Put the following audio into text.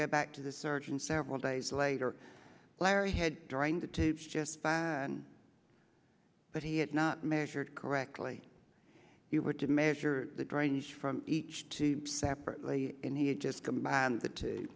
go back to the surgeon several days later larry had during the two just but he had not measured correctly you were to measure the drainage from each tube separately and he just combine the two